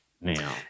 now